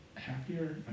Happier